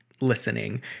listening